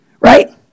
Right